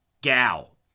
Gal